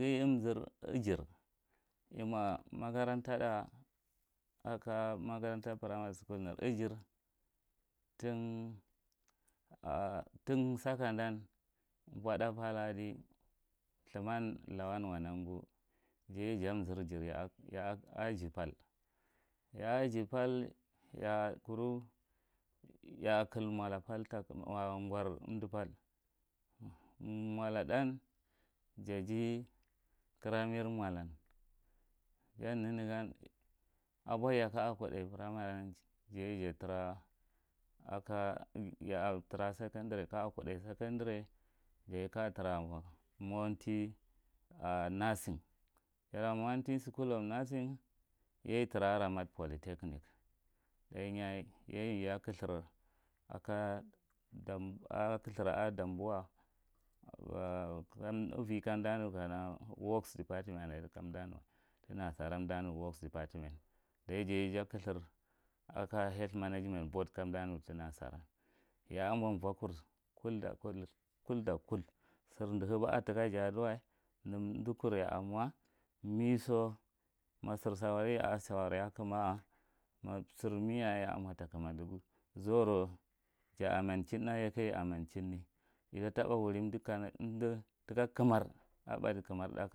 I umzir idhjir imo makagaran tada a ka makaranta primary school nar ijir tin sakandan vothá pathá adi thùman lawan wanangu janye ja umzir ijir ya a aji pal ya a ji pal ya a kur ya climola gar umti pal, mola than jaji kirame molan yan nenegan abohiya ka ya a trara secondary ka a kudai secondary jaye ka a tra mowanti nursing jara mo mowan school of nursing yi yeri itra a ramat polithenic tháthur a damboa are ivi kanda nukana works department are kam da nuye ti nasaran works department kam umda nuwa daji jaye ja kuthurs ako health management board kamda nuti nasaran, ya an ma vokur kut da kud kudda kud sir dihiba a tika ja adiwai nem- umdikur ya a moci mesou masir sawari ya a sawari aka kuma a ma sir mesou yamo takuma dugu zauro ja amonchin thá, yake i amanchinne itabe wuri umdi tika қamar a phádi қamar thá.